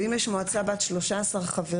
אם יש מועצה בת 13 חברים,